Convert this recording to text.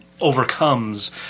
overcomes